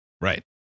Right